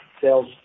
Sales